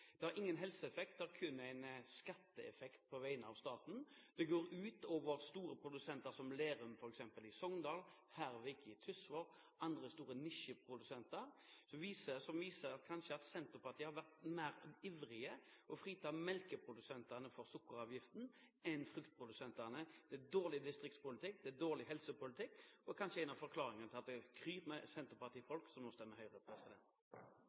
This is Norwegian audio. Det har ingen helseeffekt, det har kun en skatteeffekt på vegne av staten. Det går ut over store produsenter, som f.eks. Lerum i Sogndal, Hervik i Tysvær og andre store nisjeprodusenter, noe som kanskje viser at Senterpartiet har vært mer ivrig etter å frita melkeprodusentene for sukkeravgiften enn fruktprodusentene. Det er dårlig distriktspolitikk, det er dårlig helsepolitikk – og kanskje en av forklaringene på at det kryr av senterpartifolk som nå stemmer Høyre.